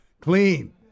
Clean